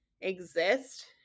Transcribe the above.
exist